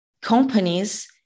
companies